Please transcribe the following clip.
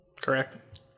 Correct